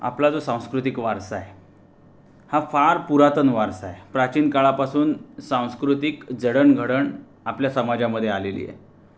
आपला जो सांस्कृतिक वारसा आहे हा फार पुरातन वारसा आहे प्राचीन काळापासून सांस्कृतिक जडणघडण आपल्या समाजामध्ये आलेली आहे